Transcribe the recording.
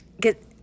get